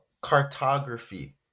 cartography